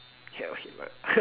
hea~ or head butt